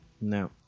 no